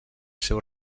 seu